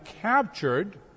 captured